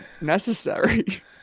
necessary